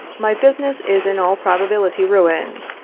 my business is in all probability ruined,